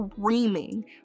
screaming